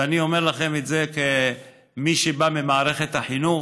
ואני אומר לכם את זה כמי שבא ממערכת החינוך,